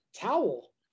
towel